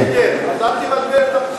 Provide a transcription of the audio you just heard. יש הבדל, אז אל תבלבל את המושגים.